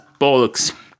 bollocks